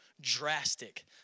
drastic